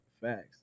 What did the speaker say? Facts